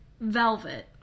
Velvet